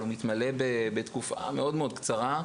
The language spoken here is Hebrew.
אבל הוא מתמלא בתקופה מאוד-מאוד קצרה,